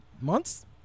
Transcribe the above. months